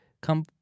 come